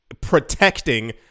protecting